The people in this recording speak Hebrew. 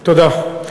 תודה.